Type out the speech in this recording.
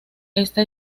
esta